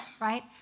right